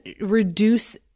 reduce